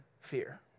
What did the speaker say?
fear